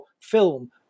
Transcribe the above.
film